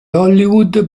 hollywood